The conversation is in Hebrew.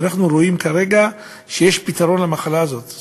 אנחנו רואים כרגע שיש פתרון למחלה הזאת,